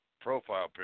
profile